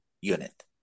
unit